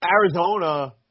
Arizona